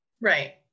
right